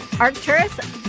Arcturus